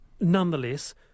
Nonetheless